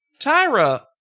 Tyra